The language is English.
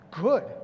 good